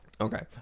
okay